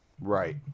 Right